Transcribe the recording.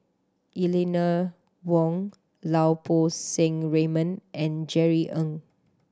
Eleanor Wong Lau Poo Seng Raymond and Jerry Ng